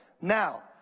now